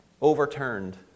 overturned